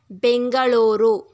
Bengaluru